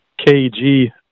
KG